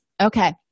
Okay